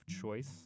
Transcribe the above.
choice